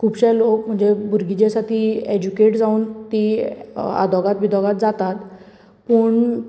खूबशें लोक म्हणजे भुरगीं जी आसा ती एजुकेट जावन ती आद्वोगाद बिद्वोगाद जातात पूण